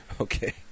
Okay